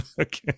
okay